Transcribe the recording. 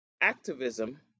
activism